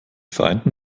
vereinten